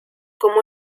como